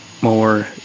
more